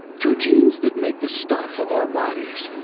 through genes that make the stuff of our bodies,